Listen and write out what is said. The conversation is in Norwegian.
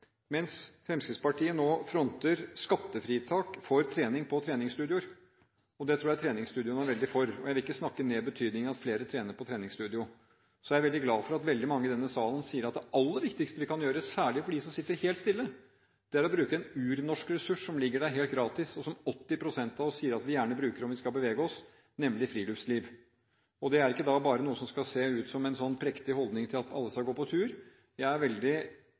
mens Fremskrittspartiet nå fronter skattefritak for trening på treningsstudioer – det tror jeg treningsstudioene er veldig for, og jeg vil ikke snakke ned betydningen av at flere trener på treningsstudio – sier veldig mange i denne salen, og det er jeg veldig glad for, at det aller viktigste vi kan gjøre, særlig for dem som sitter helt stille, er å bruke en urnorsk ressurs som ligger der helt gratis, og som 80 pst. av oss sier at vi gjerne bruker om vi skal bevege oss, nemlig friluftsliv. Det er ikke bare noe som skal se ut som en prektig holdning til at alle skal gå på tur. Jeg er veldig